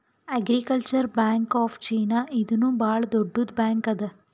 agricultural bank of China ಇದೂನು ಭಾಳ್ ದೊಡ್ಡುದ್ ಬ್ಯಾಂಕ್ ಅದಾ